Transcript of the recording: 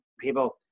people